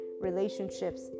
relationships